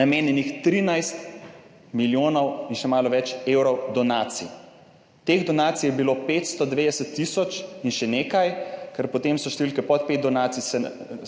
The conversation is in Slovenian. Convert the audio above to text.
namenjenih 13 milijonov in še malo več evrov donacij. Teh donacij je bilo 590.000 in še nekaj, ker potem so številke pod 5 donacij,